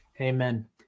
Amen